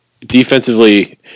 defensively